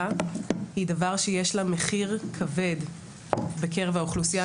היא דבר שיש לה מחיר כבד בקרב האוכלוסייה,